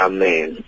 Amen